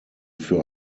für